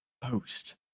Post